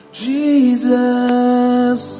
Jesus